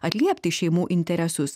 atliepti šeimų interesus